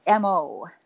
mo